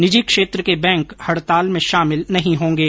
निजी क्षेत्र के बैंक हड़ताल में शामिल नहीं होंगे